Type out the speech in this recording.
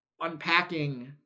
unpacking